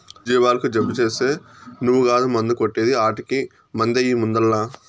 జీవాలకు జబ్బు చేస్తే నువ్వు కాదు మందు కొట్టే ది ఆటకి మందెయ్యి ముందల్ల